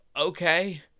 okay